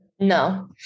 No